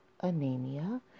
anemia